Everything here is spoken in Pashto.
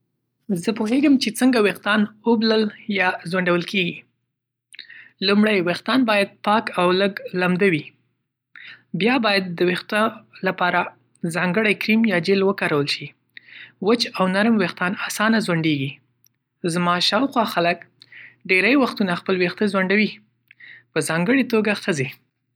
زه پوهېږم چې څنګه وېښتان اوبلل یا ځونډول کېږي. لومړی، وېښتان باید پاک او لږ لمده وي. بیا باید د وېښتو لپاره ځانګړی کریم یا جېل وکارول شي. وچ او نرم وېښتان اسانه ځونډیږي. زما شاوخوا خلک ډېری وختونه خپلې وېښتې ځونډوي، په ځانګړې توګه ښځې..